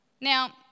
Now